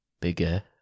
Bigger